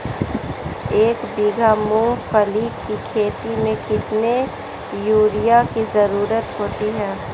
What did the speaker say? एक बीघा मूंगफली की खेती में कितनी यूरिया की ज़रुरत होती है?